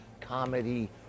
comedy